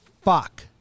fuck